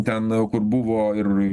ten kur buvo ir